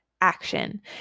action